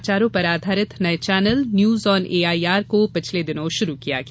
समाचारों पर आधारित नए चैनल न्यूज ऑन एआईआर को पिछले दिनों शुरू किया गया